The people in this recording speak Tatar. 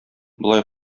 болай